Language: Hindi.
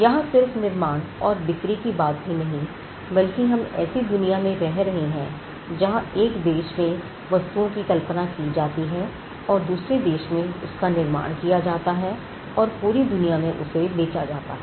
यहां सिर्फ निर्माण और बिक्री की बात ही नहीं बल्कि हम ऐसी दुनिया में रह रहे हैं जहां एक देश में वस्तुओं की कल्पना की जाती है दूसरे देश में उसका निर्माण किया जाता है और पूरी दुनिया में उसे बेचा जाता है